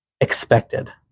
expected